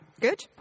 good